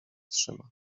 trzyma